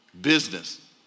business